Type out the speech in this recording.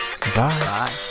Bye